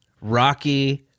Rocky